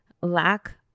lack